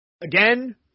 Again